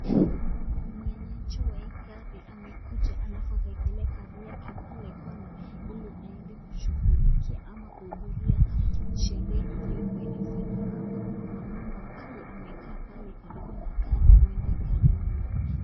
Mwenyeji wa hii gari amekuja alafu akaekelea gari yake pale kona ile aende kushugulikia ama kuhudhuria sherehe iliyokua inafanywa. Hapa kuna mwanaueme ambaye amekaa karibu na gari anakaa hili gari ni lake.